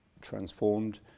transformed